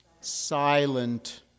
Silent